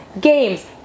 games